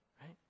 right